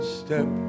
step